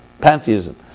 pantheism